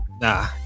Nah